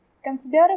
Consider